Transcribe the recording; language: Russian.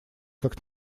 как